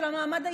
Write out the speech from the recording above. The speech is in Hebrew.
של המעמד האישי,